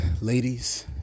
ladies